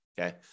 okay